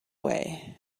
way